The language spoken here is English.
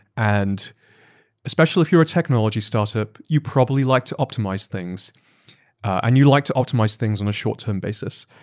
and especially if you're a technology startup, you probably like to optimize things and you like to optimize things on a short-term basis.